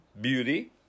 beauty